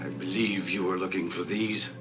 i believe you are looking for these